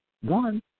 one